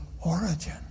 origin